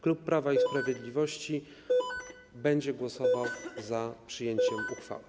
Klub Prawa i Sprawiedliwości będzie głosował za przyjęciem uchwały.